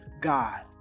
God